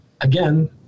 Again